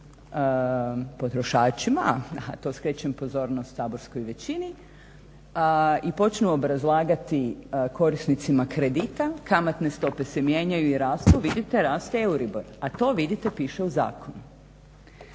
potrošačima, a to skrećem pozornost saborskoj većini, i počnu obrazlagati korisnicima kredita kamatne stope se mijenjaju i rastu, vidite raste i euribor. A to vidite piše u zakonu.